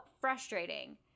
frustrating